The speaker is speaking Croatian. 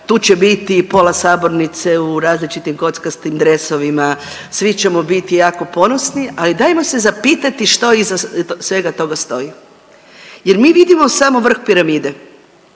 tu će biti pola sabornice u različitim kockastim dresovima, svi ćemo biti jako ponosni, ali dajmo se zapitati što iza svega toga stoji jer mi vidimo samo vrh piramide.